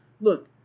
look